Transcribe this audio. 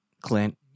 clint